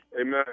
Amen